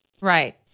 Right